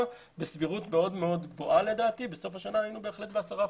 בסבירות מאוד גבוהה שהיינו בסוף השנה ב-10%.